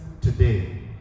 today